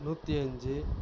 நூற்றி அஞ்சு